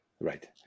right